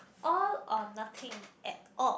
all or nothing at all